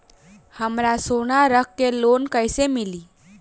हमरा सोना रख के लोन कईसे मिली?